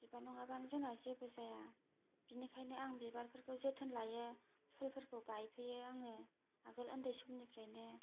बिबार नंआबाबो जोंना जेबो जाया बिनिखायनो आं बिबार फोरखौ जोथोन लायो फुल फोरखौ गायफैयो आंङो आगोन ओन्दै समनिफ्रायनो